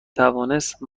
توانست